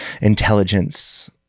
intelligence